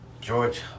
George